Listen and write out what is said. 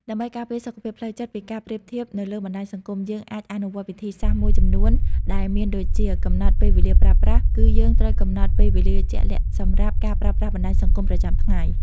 ដើម្បីការពារសុខភាពផ្លូវចិត្តពីការប្រៀបធៀបនៅលើបណ្ដាញសង្គម យើងអាចអនុវត្តវិធីសាស្រ្តមួយចំនួនដែលមានដូចជា កំណត់ពេលវេលាប្រើប្រាស់ គឺយើងត្រូវកំណត់ពេលវេលាជាក់លាក់សម្រាប់ការប្រើប្រាស់បណ្ដាញសង្គមប្រចាំថ្ងៃ។